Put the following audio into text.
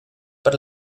per